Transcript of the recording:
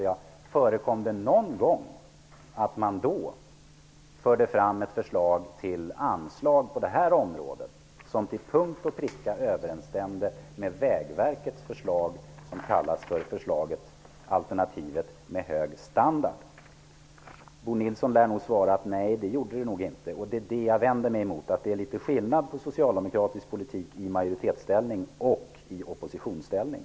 Jag undrade om det någon gång förekom att Socialdemokraterna förde fram förslag till anslag på det området som till punkt och pricka överensstämde med Vägverkets förslag, dvs. alternativet med hög standard. Bo Nilsson lär nog svara nej. Jag vänder mig mot att det är skillnad på socialdemokratisk politik i majoritetsställning och i oppositionsställning.